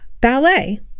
ballet